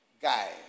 guy